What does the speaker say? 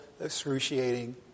excruciating